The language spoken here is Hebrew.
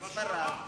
את ספריו,